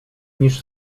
niż